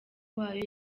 wayo